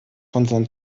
von